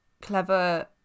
clever